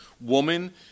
woman